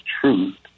truth